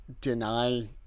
deny